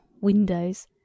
windows